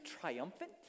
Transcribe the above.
triumphant